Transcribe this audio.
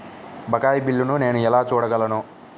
బకాయి బిల్లును నేను ఎలా చూడగలను?